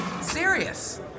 Serious